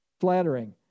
flattering